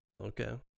Okay